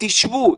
תשבו,